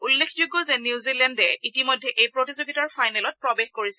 উল্লেখযোগ্য যে নিউজিলেণ্ডে ইতিমধ্যে এই প্ৰতিযোগিতাৰ ফাইনেলত প্ৰবেশ কৰিছে